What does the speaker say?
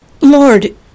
Lord